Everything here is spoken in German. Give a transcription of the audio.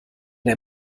der